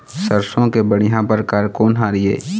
सरसों के बढ़िया परकार कोन हर ये?